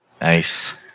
Nice